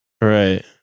Right